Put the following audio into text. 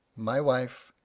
my wife,